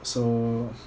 so